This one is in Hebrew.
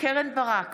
קרן ברק,